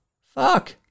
Fuck